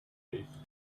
face